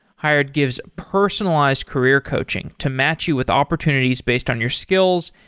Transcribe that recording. hired gives personalized career coaching to match you with opportunities based on your skills,